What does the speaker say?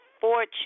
fortune